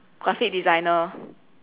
graphic designer